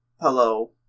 hello